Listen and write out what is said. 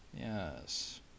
Yes